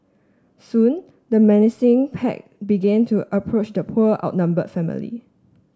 soon the menacing pack began to approach the poor outnumbered family